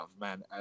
man